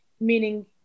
meaning